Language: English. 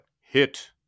Hit